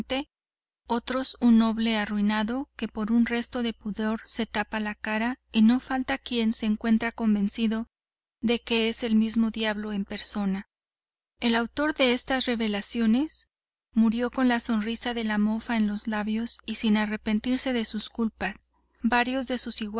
otros un noble arruinado que por un resto de pudor se tapa la cara y no falta quien se encuentra convencido de que es el mismo diablo en persona el autor de estas revelaciones murió con la sonrisa de la mofa en los labios y sin arrepentirse de sus culpas varios de sus